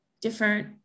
different